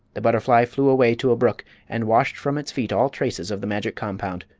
the butterfly flew away to a brook and washed from its feet all traces of the magic compound.